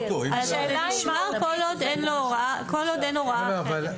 כל עוד אין הוראה אחרת.